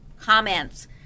comments